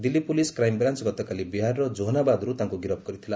Delhi police crime branch ଗତକାଲି ବିହାରର ଜେହାନାବାଦରୁ ତାଙ୍କୁ ଗିରଫ କରିଥିଲା